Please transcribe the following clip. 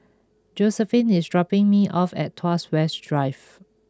Josephine is dropping me off at Tuas West Drive